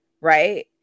right